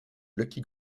lucky